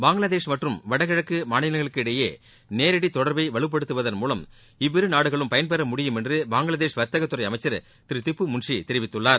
பங்களாதேஷ் மற்றும் வடகிழக்கு மாநிலங்களுக்கு இடையே நேரடி தொடர்பை வலுப்படுத்துவதன் மூலம் இவ்விரு நாடுகளும் பயன்பெற முடியும் என்று பங்களாதேஷ் வர்த்தகத்துறை அமைச்சர் திரு திப்பு மூன்சி தெரிவித்துள்ளார்